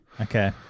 Okay